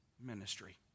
ministry